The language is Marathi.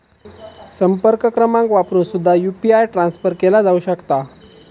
संपर्क क्रमांक वापरून सुद्धा यू.पी.आय ट्रान्सफर केला जाऊ शकता